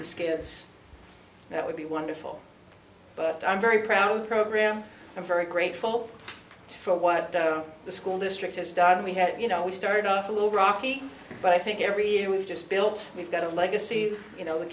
the skids that would be wonderful but i'm very proud of the program i'm very grateful for what the school district has done we have you know we started off a little rocky but i think every year we've just built we've got a legacy you know the